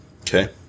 Okay